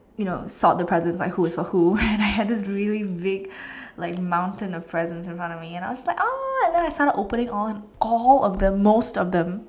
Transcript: you know sort the presents like who is for who and I have this really big like mountain of presents in front of me and I was like !aww! and then I started opening all all of them most of them